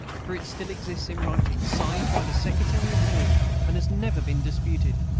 for it still exists in writing, signed by the secretary of war, and has never been disputed.